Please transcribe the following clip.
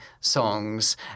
songs